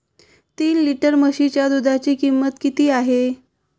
तीन लिटर म्हशीच्या दुधाची किंमत किती आहे?